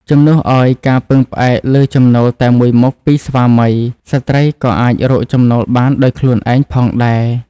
ជំនួសឱ្យការពឹងផ្អែកលើចំណូលតែមួយមុខពីស្វាមី ស្ត្រីក៏អាចរកចំណូលបានដោយខ្លួនឯងផងដែរ។